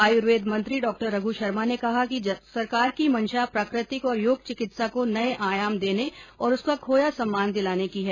आयुर्वेद मंत्री डॉ रघु शर्मा ने कहा कि सरकार की मंशा प्राकृतिक और योग चिकित्सा को नए आयाम देने और उसका खोया सम्मान दिलाने की है